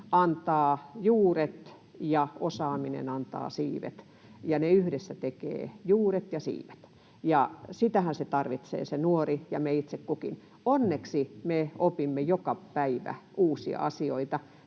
antaa juuret ja osaaminen antaa siivet ja ne yhdessä tekevät juuret ja siivet, ja sitähän se nuori tarvitsee, ja meistä itse kukin. Onneksi me opimme joka päivä uusia asioita.